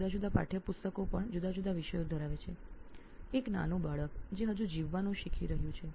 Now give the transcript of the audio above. જુદા જુદા પાઠયપુસ્તકો તેથી જુદા જુદા વિષયો જે હજી પણ જે નાના બાળક માટે મુશ્કેલી છે